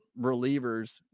relievers